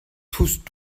tust